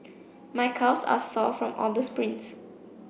my calves are sore from all the sprints